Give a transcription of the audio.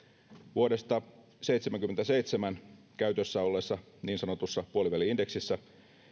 vuodesta seitsemänkymmentäseitsemän käytössä olleessa niin sanotussa puoliväli indeksissä